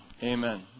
Amen